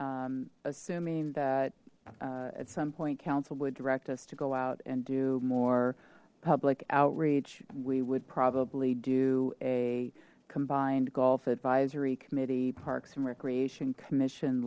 assuming that at some point council would direct us to go out and do more public outreach we would probably do a combined golf advisory committee parks and recreation commission